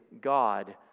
God